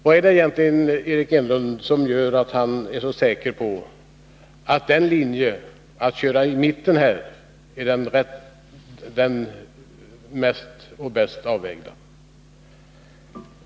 Vad är det egentligen som gör att Eric Enlund är så säker på att just hans linje, som är att köra i mitten, är den rätta och den bäst avvägda?